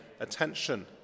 attention